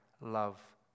love